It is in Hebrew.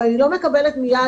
אבל אני לא מקבלת מיד.